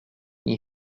nii